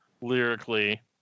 lyrically